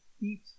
Eat